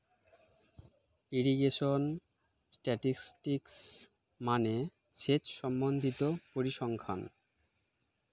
irrigation statistics মানে সেচ সম্বন্ধিত পরিসংখ্যান